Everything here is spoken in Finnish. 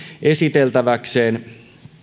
esiteltäväkseen